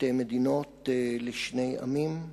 שתי מדינות לשני עמים.